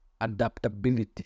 adaptability